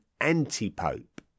antipope